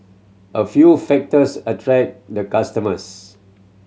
a few factors attract the customers